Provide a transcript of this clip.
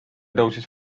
tõusis